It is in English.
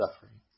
suffering